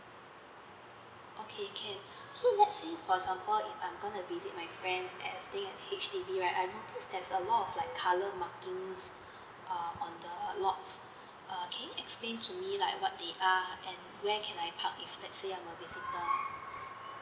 okay can so let's say for example if I'm going to visit my friend as staying at H_D_B right I notice there's a lot of like colour markings uh on the lots uh can you explain to me like what they are and where can I park if let's say I'm a visitor